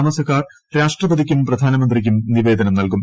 താമസക്കാർ രാഷ്ട്രപതിക്കും പ്രധാന്മന്ത്രിക്കും നിവേദനം നൽകും